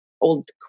old